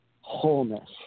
wholeness